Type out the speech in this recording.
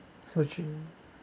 so cheap